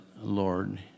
Lord